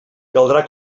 caldrà